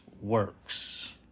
works